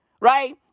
right